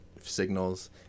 signals